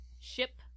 ship